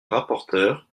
rapporteure